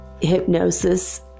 hypnosis